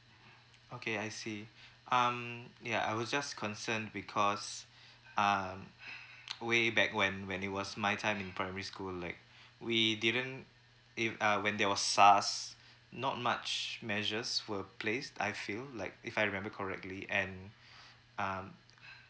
okay I see um ya I was just concerned because um way back when when it was my time in primary school like we didn't if uh when there was sars not much measures were placed I feel like if I remember correctly and um